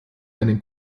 einen